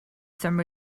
some